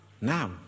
Now